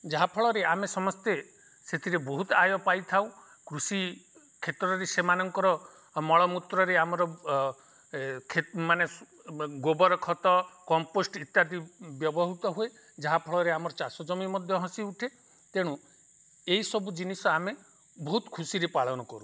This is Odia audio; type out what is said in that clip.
ଯାହା ଫଳରେ ଆମେ ସମସ୍ତେ ସେଥିରେ ବହୁତ ଆୟ ପାଇଥାଉ କୃଷି କ୍ଷେତ୍ରରେ ସେମାନଙ୍କର ମଳମୂତ୍ରରେ ଆମର ମାନେ ଗୋବର ଖତ କମ୍ପୋଷ୍ଟ୍ ଇତ୍ୟାଦି ବ୍ୟବହୃତ ହୁଏ ଯାହା ଫଳରେ ଆମର ଚାଷ ଜମି ମଧ୍ୟ ହସି ଉଠେ ତେଣୁ ଏହିସବୁ ଜିନିଷ ଆମେ ବହୁତ ଖୁସିରେ ପାଳନ କରୁ